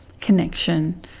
connection